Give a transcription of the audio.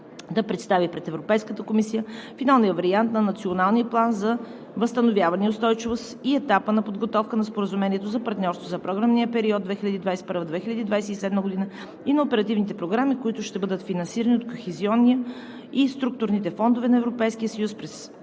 да представи пред Европейската комисия финалния вариант на Националния план за възстановяване и устойчивост и етапа на подготовка на Споразумението за партньорство за програмния период 2021 – 2027 г. и на оперативните програми, които ще бъдат финансирани от Кохезионния и Структурните фондове на Европейския съюз през